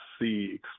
see